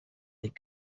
that